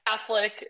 Catholic